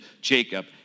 Jacob